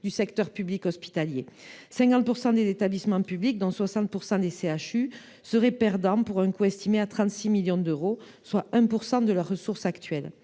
du secteur public hospitalier. Quelque 50 % des établissements publics et 60 % des CHU seraient perdants, pour un coût estimé à 36 millions d’euros, soit 1 % de leurs ressources actuelles.